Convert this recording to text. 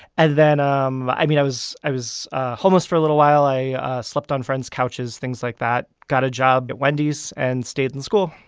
then um i mean, i was i was homeless for a little while. i slept on friends' couches, things like that, got a job at wendy's and stayed in school.